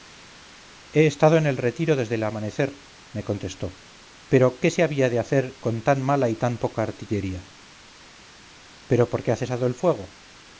he estado en el retiro desde el amanecer me contestó pero qué se había de hacer con tan mala y tan poca artillería pero por qué ha cesado el fuego